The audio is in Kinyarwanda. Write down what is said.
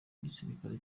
y’igisirikare